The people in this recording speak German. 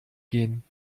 gehen